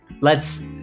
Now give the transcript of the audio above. lets